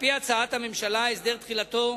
על-פי הצעת הממשלה תחילתו